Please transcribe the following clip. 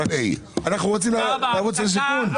אנחנו רוצים לרוץ לשיכון.